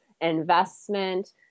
investment